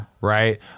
right